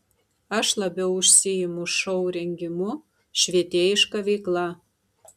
aš labiau užsiimu šou rengimu švietėjiška veikla